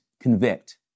convict